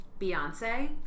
Beyonce